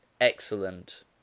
excellent